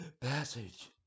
passage